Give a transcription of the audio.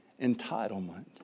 entitlement